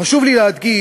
חשוב לי להדגיש